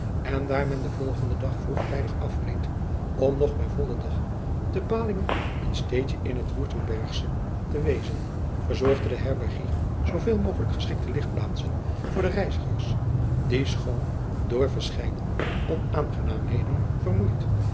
en daar men den volgenden dag vroegtijdig afreed om nog bij vollen dag te ahlingen een steedje in het urtembergsche te wezen verzorgde de herbergier zooveel mogelijk geschikte ligplaatsen voor de reizigers die schoon door verscheiden onaangenaamheden